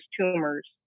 tumors